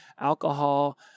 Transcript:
alcohol